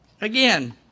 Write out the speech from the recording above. Again